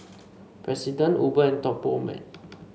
President Uber and Top Gourmet